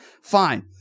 fine